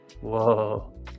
Whoa